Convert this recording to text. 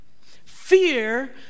fear